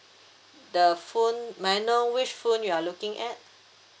the phone may I know which phone you are looking at